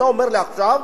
אתה אומר לי עכשיו: